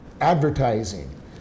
advertising